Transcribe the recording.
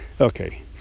Okay